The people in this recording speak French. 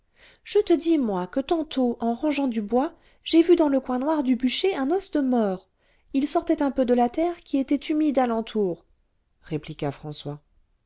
je te dis moi que tantôt en rangeant du bois j'ai vu dans le coin noir du bûcher un os de mort il sortait un peu de la terre qui était humide à l'entour répliqua françois